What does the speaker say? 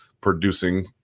producing